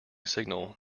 signal